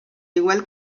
igual